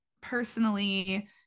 personally